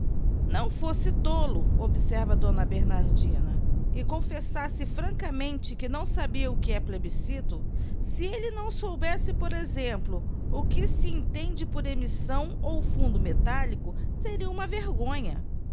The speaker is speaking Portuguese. não fosse tolo observa d bernardina e confessasse francamente que não sabia o que é plebiscito se elle não soubesse por exemplo o que se entende por emissão ou fundo metálico seria uma vergonha